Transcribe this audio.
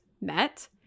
met